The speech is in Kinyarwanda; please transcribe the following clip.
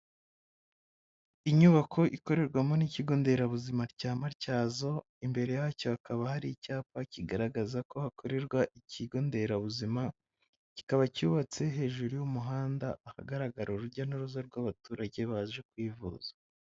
Inyubako ikorerwamo n'ikigo nderabuzima cya matyazo, imbere yacyo hakaba hari icyapa kigaragaza ko hakorerwa ikigo nderabuzima kikaba cyubatse hejuru y'umuhanda ahagaragara urujya n'uruza rw'abaturage baje kwivuza.